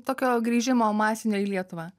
tokio grįžimo masinio į lietuvą